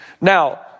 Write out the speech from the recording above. Now